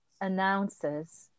announces